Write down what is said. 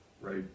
right